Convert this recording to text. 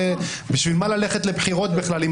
בשביל מה ללכת לבחירות בכלל?